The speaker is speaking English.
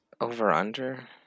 Over-under